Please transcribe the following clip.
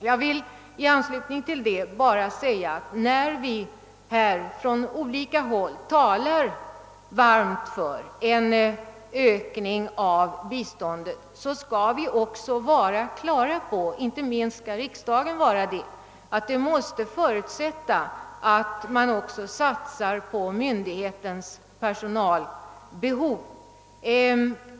Jag vill vidare framhålla att vi när vi från olika håll talar varmt för en ökning av biståndet skall vara på det klara med — inte minst här i riksdagen — att detta förutsätter en satsning på tillgodoseende av SIDA:s personalbehov.